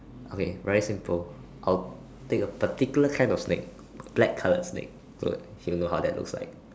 okay very simple I'll take a particular kind of snake black color snake good she will know how that's looks like